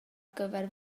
gyfer